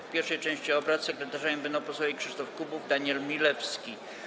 W pierwszej części obrad sekretarzami będą posłowie Krzysztof Kubów i Daniel Milewski.